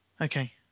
Okay